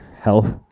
Health